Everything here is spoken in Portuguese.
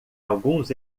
alguns